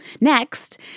Next